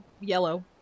yellow